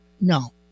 No